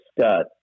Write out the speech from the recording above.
Scott